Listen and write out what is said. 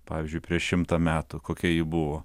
pavyzdžiui prieš šimtą metų kokia ji buvo